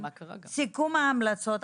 סיכום ההמלצות,